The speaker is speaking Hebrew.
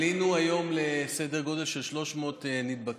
עלינו היום לסדר גודל של 300 נדבקים,